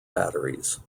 batteries